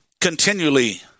continually